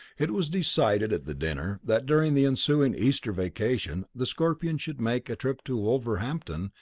it was decided at the dinner that during the ensuing easter vacation the scorpions should make a trip to wolverhampton,